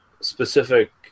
specific